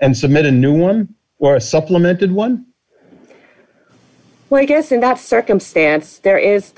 and submit a new one or a supplemented one well i guess in that circumstance there is